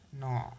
No